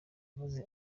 imbabazi